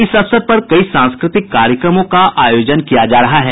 इस अवसर पर कई सांस्कृतिक कार्यक्रमों का आयोजन किया जा रहा है